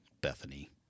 bethany